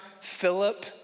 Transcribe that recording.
Philip